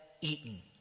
eaten